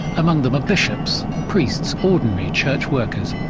among them are bishops, priests, ordinary church workers,